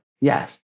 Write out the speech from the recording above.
Yes